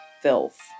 filth